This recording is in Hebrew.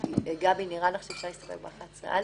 גבי, נראה לך שאפשר להסתפק ב-11(א)?